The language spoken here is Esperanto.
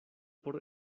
por